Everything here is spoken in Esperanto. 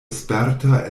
sperta